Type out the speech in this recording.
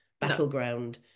battleground